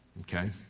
Okay